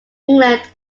england